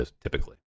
typically